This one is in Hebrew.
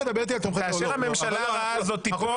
כאשר הממשלה הרעה הזאת תיפול,